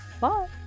bye